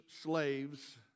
slaves